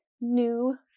new